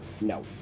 No